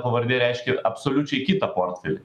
pavardė reiškia absoliučiai kitą portfelį